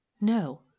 no